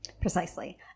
Precisely